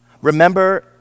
Remember